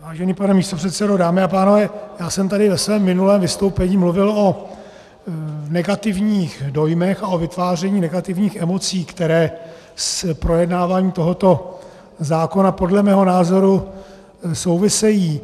Vážený pane místopředsedo, dámy a pánové, já jsem tady ve svém minulém vystoupení mluvil o negativních dojmech a o vytváření negativních emocí, které s projednáváním tohoto zákona podle mého názoru souvisejí.